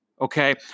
Okay